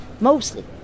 Mostly